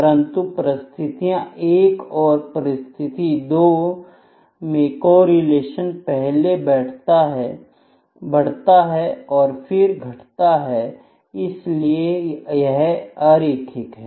परंतु परिस्थिति एक और परिस्थिति 2 में कोरिलेशन पहले बढ़ता है और फिर घटता है इसलिए यह अरेखिक है